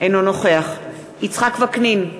אינו נוכח יצחק וקנין,